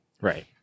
Right